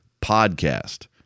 podcast